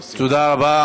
תודה רבה.